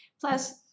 Plus